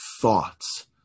thoughts